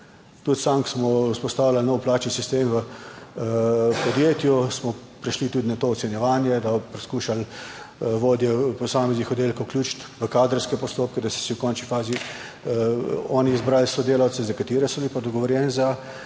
Tudi sam, ko smo vzpostavljali nov plačni sistem v podjetju, smo prišli tudi na to ocenjevanje, da poskušali vodje posameznih oddelkov vključiti v kadrovske postopke, da so si v končni fazi oni izbrali sodelavce, za katere so bili pa dogovorjeni,